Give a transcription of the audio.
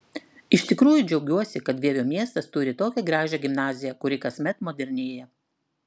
iš tikrųjų džiaugiuosi kad vievio miestas turi tokią gražią gimnaziją kuri kasmet modernėja